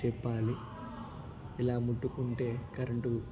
చెప్పాలి ఇలా ముట్టుకుంటే కరెంటు